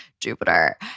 Jupiter